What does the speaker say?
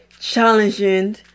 challenging